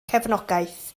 cefnogaeth